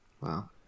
Wow